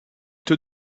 taux